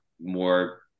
more